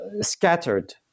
scattered